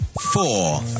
four